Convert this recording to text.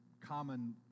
common